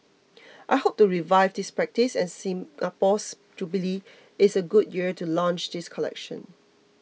I hope to revive this practice and Singapore's jubilee is a good year to launch this collection